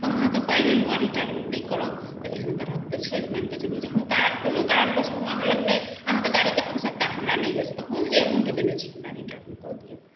हम अहाँके पाइ लेलहुँ आओर रिटर्न नहि करब तऽ एहन तरहके तऽ छै मानिके चलु जे हुनका कोनो कारणवश हम अहाँ लग नहि अहाँके गाड़ीके आवश्यकता हमरा नहि अछि तऽ हम जे एमाउन्ट देने छी हमरा रिटर्न कऽ दियऽ